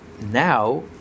Now